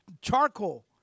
charcoal